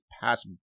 pass